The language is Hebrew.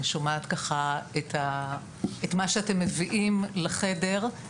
אני שומעת את מה שאתם מביאים לחדר.